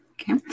okay